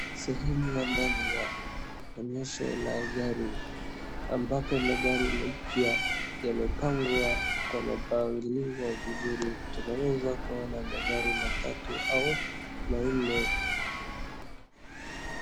Sehemu ya ndani ya onyesho la magari, ambapo magari mpya yamepangwa kwa mapangilio mzuri, tunaweza kuona magari matatu au, manne.